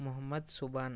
Mohammed Subhan